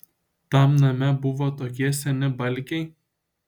tam name buvo tokie seni balkiai